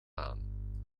aan